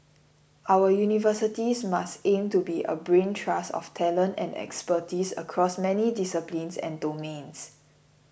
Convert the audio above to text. our universities must aim to be a brain trust of talent and expertise across many disciplines and domains